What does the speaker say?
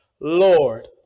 Lord